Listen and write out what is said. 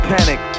Panic